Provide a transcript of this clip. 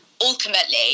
ultimately